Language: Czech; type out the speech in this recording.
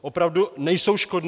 Opravdu nejsou škodná.